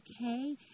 okay